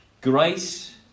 Grace